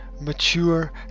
Mature